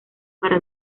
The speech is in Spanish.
para